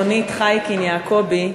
רונית חייקין-יעקבי,